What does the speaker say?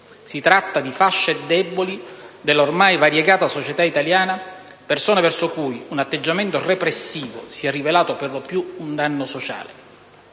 si tratta di fasce deboli dell'ormai variegata società italiana e persone verso cui un atteggiamento repressivo si è rivelato per lo più un danno sociale.